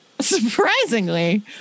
surprisingly